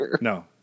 No